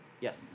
Yes